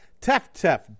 Tef-Tef